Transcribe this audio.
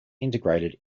integrated